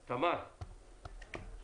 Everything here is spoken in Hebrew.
תמר, בבקשה.